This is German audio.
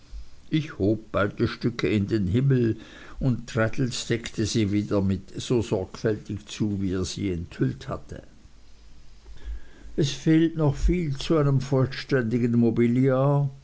ich hob beide stücke in den himmel und traddles deckte sie wieder so sorgfältig zu wie er sie enthüllt hatte es fehlt noch viel zu einem vollständigen mobiliar